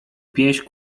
pieśń